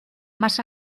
más